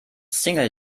single